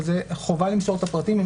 וזה החובה למסור את הפרטים.